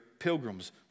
pilgrims